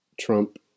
Trump